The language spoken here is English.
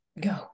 go